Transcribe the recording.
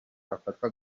afatwa